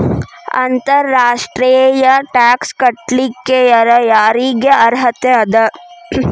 ಅಂತರ್ ರಾಷ್ಟ್ರೇಯ ಟ್ಯಾಕ್ಸ್ ಕಟ್ಲಿಕ್ಕೆ ಯರ್ ಯಾರಿಗ್ ಅರ್ಹತೆ ಅದ?